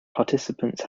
participants